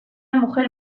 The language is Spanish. mujer